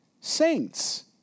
saints